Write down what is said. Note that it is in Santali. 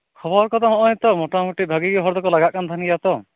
ᱠᱷᱚᱵᱚᱨ ᱠᱚᱫᱚ ᱦᱚᱸᱜᱼᱚᱭ ᱛᱚ ᱢᱚᱴᱟᱢᱩᱴᱤ ᱵᱷᱟᱹᱜᱤ ᱜᱮ ᱦᱚᱲ ᱫᱚᱠᱚ ᱞᱟᱜᱟᱜ ᱠᱟᱱ ᱛᱟᱦᱮᱱ ᱜᱮᱭᱟ ᱛᱚ